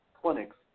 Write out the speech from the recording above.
clinics